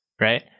Right